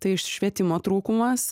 tai švietimo trūkumas